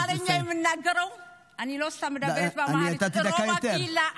הם לא היו יכולים להתגייס לצבא,